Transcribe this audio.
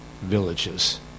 villages